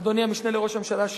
אדוני המשנה לראש הממשלה,